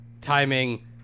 timing